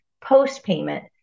post-payment